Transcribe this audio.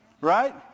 Right